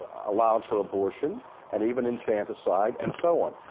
allowed for abortion and even infanticide and so on,